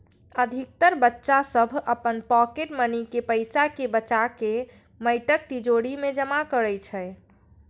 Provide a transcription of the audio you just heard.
अधिकतर बच्चा सभ अपन पॉकेट मनी के पैसा कें बचाके माटिक तिजौरी मे जमा करै छै